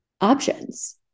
options